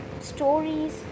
stories